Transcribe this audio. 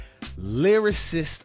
lyricist